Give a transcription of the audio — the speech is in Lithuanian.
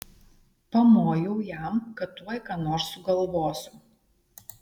pamojau jam kad tuoj ką nors sugalvosiu